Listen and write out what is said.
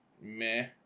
meh